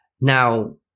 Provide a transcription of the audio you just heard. now